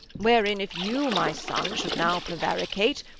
wherein if you, my son, should now prevaricate,